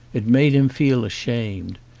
it made him feel ashamed.